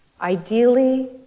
Ideally